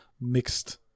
mixed